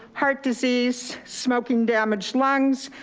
heart disease, smoking damaged lungs,